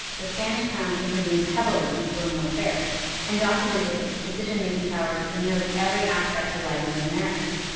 the spanish crown intervened heavily in colonial affairs and documented its decision making powers in nearly every aspect of life in the americas,